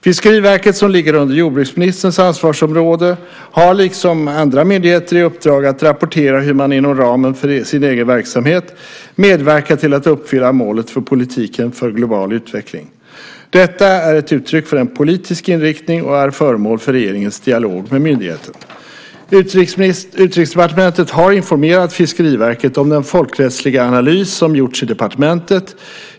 Fiskeriverket, som ligger under jordbruksministerns ansvarsområde, har liksom andra myndigheter i uppdrag att rapportera hur man inom ramen för sin egen verksamhet medverkar till att uppfylla målet för politiken för global utveckling. Detta är ett uttryck för en politisk inriktning och är föremål för regeringens dialog med myndigheten. Utrikesdepartementet har informerat Fiskeriverket om den folkrättsliga analys som gjorts i departementet.